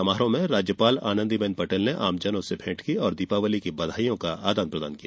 समारोह में राज्यपाल आनंदीबेन पटेल ने आमजनों से भेंट की और दीपावली की बधाईयों का आदान प्रदान किया